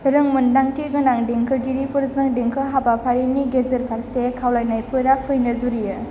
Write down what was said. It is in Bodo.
रोंमोन्दांथि गोनां देंखोगिरिफोरजों देंखो हाबाफारिनि गेजेर फारसे खावलायनायफोरा फैनो जुरियो